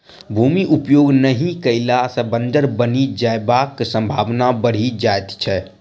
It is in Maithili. भूमि उपयोग नहि कयला सॅ बंजर बनि जयबाक संभावना बढ़ि जाइत छै